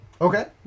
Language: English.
Okay